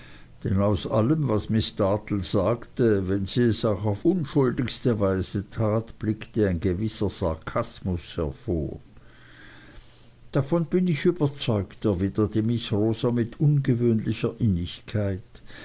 aus allem was miß dartle fagte wenn sie es auch auf die unschuldigste weise tat blickte ein gewisser sarkasmus hervor davon bin ich überzeugt erwiderte miß rosa mit ungewöhnlicher innigkeit